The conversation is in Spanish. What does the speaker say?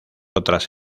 otras